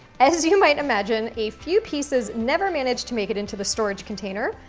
as as you might imagine, a few pieces never manage to make it into the storage container,